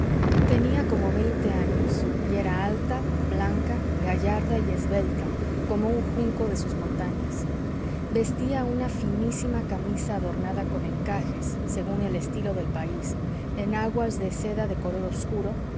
tenía como veinte años y era alta blanca gallarda y esbelta como un junco de sus montañas vestía una finísima camisa adornada con encajes según el estilo del país enaguas de seda de color obscuro